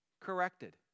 corrected